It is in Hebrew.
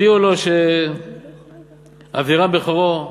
הודיעו לו שאבירם בכורו רַפְת,